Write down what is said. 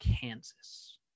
Kansas